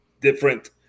different